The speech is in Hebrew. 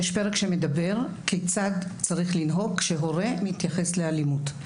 יש פרק שמדבר כיצד צריך לנהוג כשהורה מתייחס לאלימות.